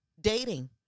Dating